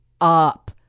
up